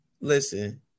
Listen